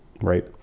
right